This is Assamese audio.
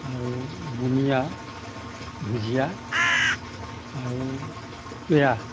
আৰু বুনিয়া ভুজিয়া আৰু পেৰা